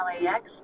LAX